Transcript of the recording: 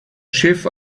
schiff